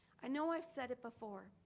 i know i've said it before,